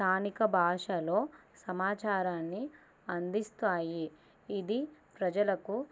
స్థానిక భాషలో సమాచారాన్ని అందిస్తాయి ఇది ప్రజలకు